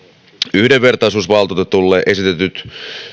yhdenvertaisuusvaltuutetulle esitetyt